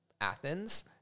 Athens